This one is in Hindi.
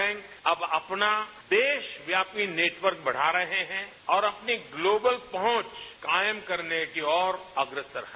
बैंक अब अपना देशव्यापी नेटवर्क बढ़ा रहे हैं और अपनी ग्लोबल पहुंच कायम करने की ओर अग्रसर हैं